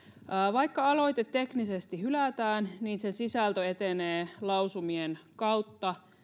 vaikka aloite teknisesti hylätään niin sen sisältö etenee lausumien kautta